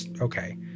Okay